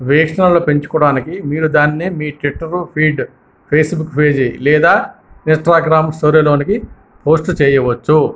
వీక్షణలు పెంచుకోవడానికి మీరు దానిని మీ ట్విట్టర్ ఫీడ్ ఫేస్బుక్ పేజీ లేదా ఇన్స్టాగ్రామ్ స్టోరీలోనికి పోస్ట్ చేయవచ్చు